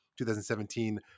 2017